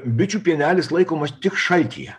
bičių pienelis laikomas tik šaltyje